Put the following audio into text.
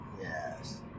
Yes